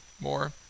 more